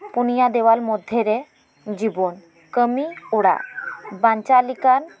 ᱯᱚᱱᱭᱟ ᱫᱮᱣᱟᱞ ᱢᱚᱫᱽᱫᱷᱮᱨᱮ ᱡᱤᱵᱚᱱ ᱠᱟᱢᱤ ᱚᱲᱟᱜ ᱵᱟᱧᱪᱟᱜ ᱞᱮᱠᱟᱱ